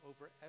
over